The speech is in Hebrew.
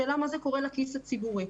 השאלה מה קורה לכיס הציבורי.